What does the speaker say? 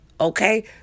Okay